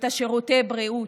שירותי בריאות.